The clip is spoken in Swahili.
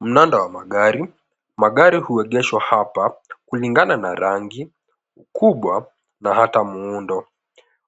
Mnanda wa magari magari huegeshwa hapa kulingana na rangi, ukubwa na hata muundo.